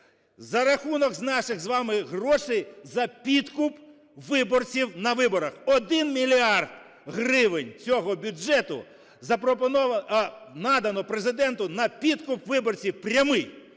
За рахунок наших з вами грошей, за підкуп виборців на виборах. 1 мільярд гривень цього бюджету надано Президенту на підкуп виборців прямий,